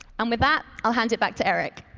and with that, i'll hand it back to erik.